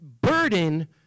burden